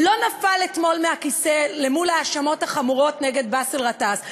לא נפל אתמול מהכיסא מול ההאשמות החמורות נגד באסל גטאס.